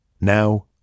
Now